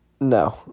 No